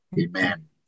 Amen